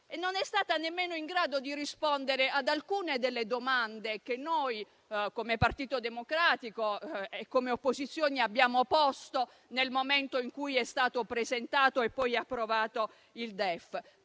Non è stata nemmeno in grado di rispondere ad alcune delle domande che noi, come Partito Democratico e come opposizione, abbiamo posto nel momento in cui è stato presentato e poi approvato il DEF.